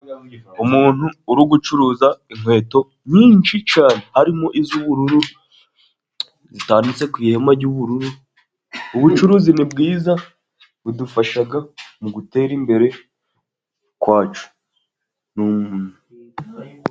Umuntu uri gucuruza inkweto nyinshi cyane, harimo iz'ubururu zitambitse ku ihema ry'ubururu, ubucuruzi ni bwiza budufasha mu gutera imbere kwacu.